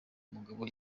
mugabo